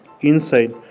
inside